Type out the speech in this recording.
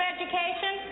Education